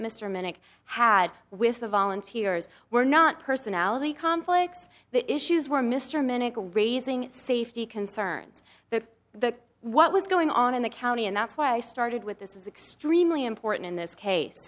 that mr minnick had with the volunteers were not personality conflicts the issues were mr menocal raising safety concerns that the what was going on in the county and that's why i started with this is extremely important in this case